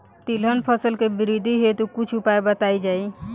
तिलहन फसल के वृद्धी हेतु कुछ उपाय बताई जाई?